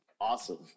awesome